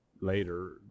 later